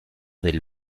del